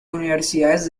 universidades